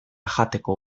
jateko